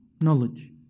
knowledge